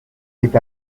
est